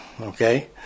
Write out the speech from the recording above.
Okay